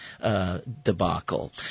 debacle